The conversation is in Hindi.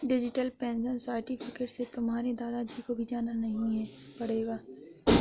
डिजिटल पेंशन सर्टिफिकेट से तुम्हारे दादा जी को भी जाना नहीं पड़ेगा